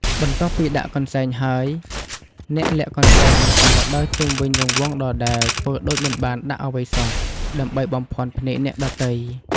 បន្ទាប់ពីដាក់កន្សែងហើយ អ្នកលាក់កន្សែងបន្តដើរជុំវិញរង្វង់ដដែល ធ្វើដូចមិនបានដាក់អ្វីសោះ ដើម្បីបំភាន់ភ្នែកអ្នកដទៃ។